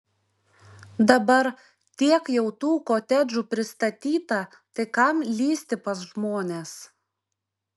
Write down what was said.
dabar tiek jau tų kotedžų pristatyta tai kam lįsti pas žmones